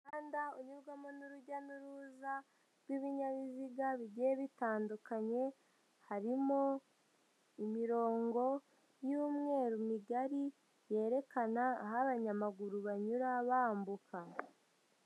Umuhanda unyurwamo n'urujya n'uruza rw'ibinyabiziga bigiye bitandukanye, harimo imirongo y'umweru migari yerekana aho abanyamaguru banyura bambuka.